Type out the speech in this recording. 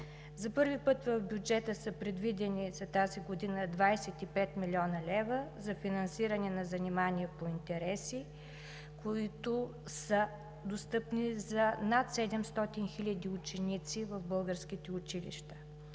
За първи път в бюджета са предвидени – за тази година, 25 млн. лв. за финансиране на занимания по интереси, които са достъпни за над 700 хиляди ученици в българските училища.